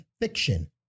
fiction